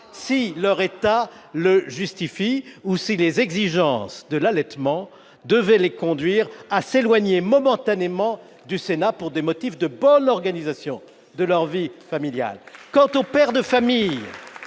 si leur état le justifie ou si les exigences de l'allaitement devaient les conduire à s'éloigner momentanément du Sénat pour des motifs de bonne organisation de leur vie familiale. Quant aux pères de famille,